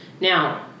now